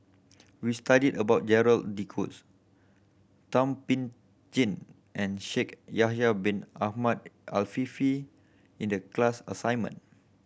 we studied about Gerald De Cruz Thum Ping Tjin and Shaikh Yahya Bin Ahmed Afifi in the class assignment